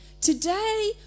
Today